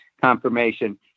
confirmation